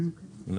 כן.